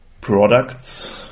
products